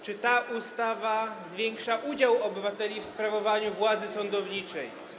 Czy ta ustawa zwiększa udział obywateli w sprawowaniu władzy sądowniczej?